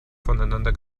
voneinander